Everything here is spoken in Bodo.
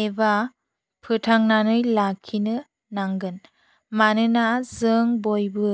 एबा फोथांनानै लाखिनो नांगोन मानोना जों बयबो